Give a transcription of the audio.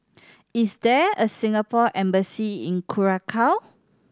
is there a Singapore Embassy in Curacao